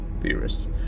theorists